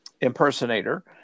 impersonator